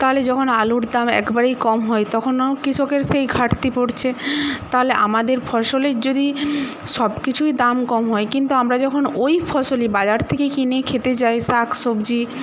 তাহলে যখন আলুর দাম একেবারেই কম হয় তখনও কৃষকের সেই ঘাটতি পড়ছে তাহলে আমাদের ফসলের যদি সব কিছুই দাম কম হয় কিন্তু আমরা যখন ওই ফসলই বাজার থেকে কিনে খেতে যাই শাক সবজি